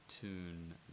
Tune